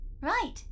Right